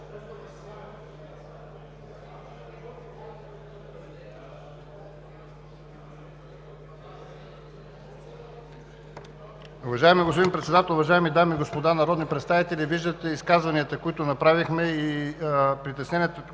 виждате изказванията, които направихме, и притесненията,